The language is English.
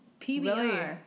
PBR